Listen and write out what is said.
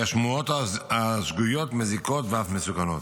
כי השמועות השגויות מזיקות ואף מסוכנות.